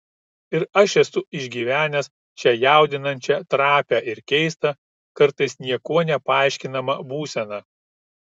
ir aš esu išgyvenęs šią jaudinančią trapią ir keistą kartais niekuo nepaaiškinamą būseną